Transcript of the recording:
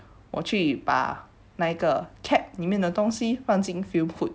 我去把那个 cap 里面的东西放进 fume hood